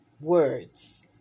words